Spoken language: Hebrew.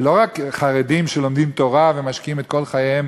ולא רק חרדים שלומדים תורה ומשקיעים את כל חייהם